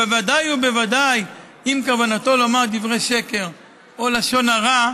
ודאי ובוודאי אם כוונתו לומר דברי שקר או לשון הרע.